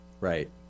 Right